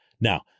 Now